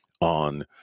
on